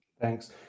Thanks